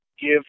give